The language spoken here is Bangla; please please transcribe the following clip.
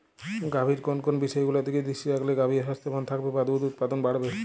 গাভীর কোন কোন বিষয়গুলোর দিকে দৃষ্টি রাখলে গাভী স্বাস্থ্যবান থাকবে বা দুধ উৎপাদন বাড়বে?